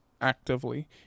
actively